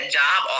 job